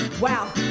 Wow